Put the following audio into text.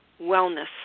wellness